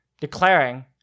declaring